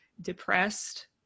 depressed